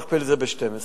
תכפיל את זה ב-12.